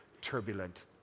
turbulent